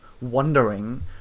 wondering